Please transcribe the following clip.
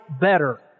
better